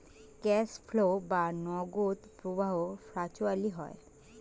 cash flow বা নগদ প্রবাহ ভার্চুয়ালি হয়